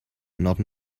not